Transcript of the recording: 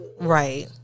right